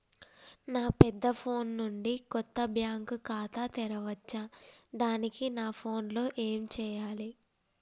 నా పెద్ద ఫోన్ నుండి కొత్త బ్యాంక్ ఖాతా తెరవచ్చా? దానికి నా ఫోన్ లో ఏం చేయాలి?